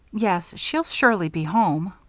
yes, she'll surely be home.